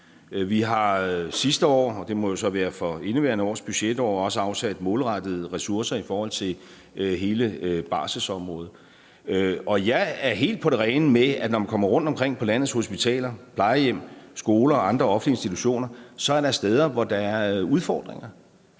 vi har sidste år – det må jo så være for indeværende års budgetår – også afsat målrettede ressourcer i forhold til hele barselsområdet. Jeg er helt på rene med, at der rundtomkring på landets hospitaler, plejehjem, skoler og andre offentlige institutioner er steder, hvor der er udfordringer,